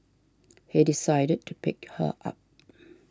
he decided to pick her up